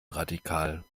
radikal